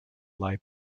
light